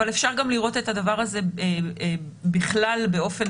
אבל אפשר גם לראות את הדבר הזה בכלל באופן